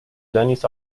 dennis